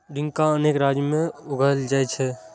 टिंडा अनेक राज्य मे उगाएल जाइ छै